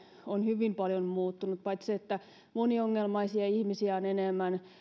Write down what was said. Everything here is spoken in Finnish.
on hyvin paljon muuttunut paitsi että moniongelmaisia ihmisiä on enemmän